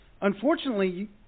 unfortunately